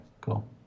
cool